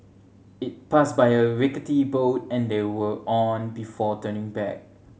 it passed by the rickety boat and they were on before turning back